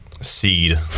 seed